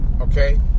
Okay